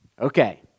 Okay